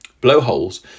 Blowholes